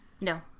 No